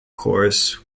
course